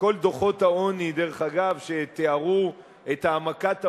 כל דוחות העוני, דרך אגב, שתיארו את העמקת העוני,